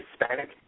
Hispanic